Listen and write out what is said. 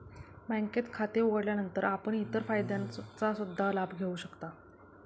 बँकेत खाते उघडल्यानंतर आपण इतर फायद्यांचा सुद्धा लाभ घेऊ शकता